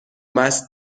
بست